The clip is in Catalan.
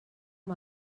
amb